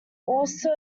also